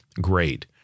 great